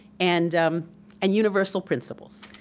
and um and universal principles.